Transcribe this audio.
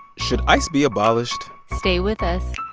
should ice be abolished? stay with us